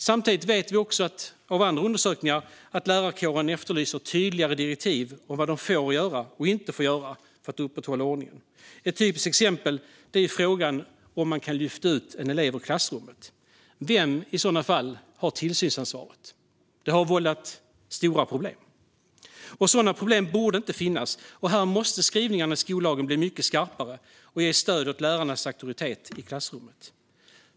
Samtidigt vet vi av andra undersökningar att lärarkåren efterlyser tydligare direktiv om vad de får och inte får göra för att upprätthålla ordningen. Ett typiskt exempel är frågan om huruvida man kan lyfta ut en elev ur klassrummet. Vem har i sådana fall tillsynsansvaret? Detta har vållat stora problem, och sådana problem borde inte finnas. Här måste skrivningarna i skollagen bli mycket skarpare och ge stöd åt lärarnas auktoritet i klassrummet.